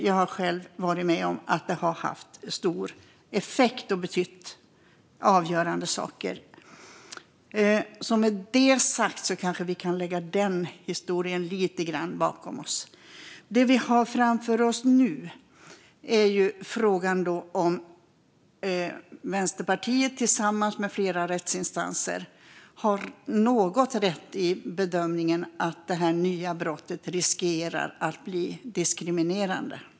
Jag har själv varit med om att det har haft stor effekt och har fått avgörande betydelse. Med det sagt kan vi kanske lägga den historien lite bakom oss. Det vi har framför oss nu är frågan om Vänsterpartiet tillsammans med flera rättsinstanser har något rätt i bedömningen att det här nya brottet riskerar att bli diskriminerande.